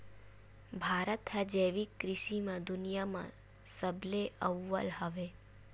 भारत हा जैविक कृषि मा दुनिया मा सबले अव्वल हवे